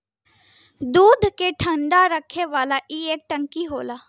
दूध के ठंडा रखे वाला ई एक टंकी होला